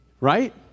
Right